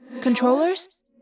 Controllers